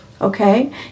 okay